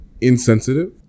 insensitive